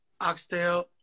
oxtail